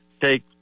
take